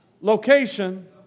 location